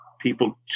people